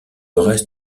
reste